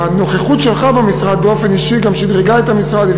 שהנוכחות שלך במשרד באופן אישי גם שדרגה את המשרד,